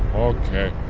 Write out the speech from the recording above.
okay,